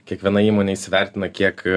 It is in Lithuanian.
kiekviena įmonė įsivertina kiek